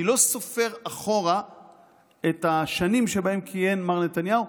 אני לא סופר אחורה את השנים שבהן כיהן מר נתניהו.